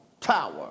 tower